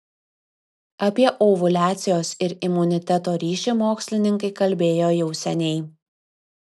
apie ovuliacijos ir imuniteto ryšį mokslininkai kalbėjo jau seniai